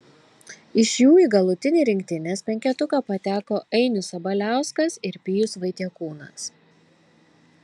iš jų į galutinį rinktinės penketuką pateko ainius sabaliauskas ir pijus vaitiekūnas